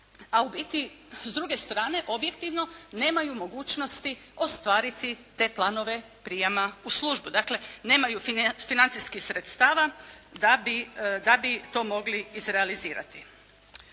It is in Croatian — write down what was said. a u biti s druge strane objektivno nemaju mogućnosti ostvariti te planove prijema u službu. Dakle nemaju financijskih sredstava da bi, da bi to mogli izrealizirati.